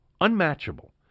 Unmatchable